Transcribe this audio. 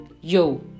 yo